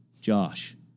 Josh